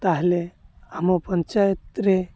ତା'ହେଲେ ଆମ ପଞ୍ଚାୟତରେ